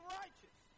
righteous